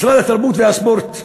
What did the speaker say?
משרד התרבות והספורט: